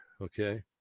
Okay